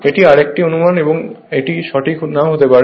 এটি আরেকটি অনুমান এবং এটি সঠিক নাও হতে পারে